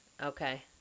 Okay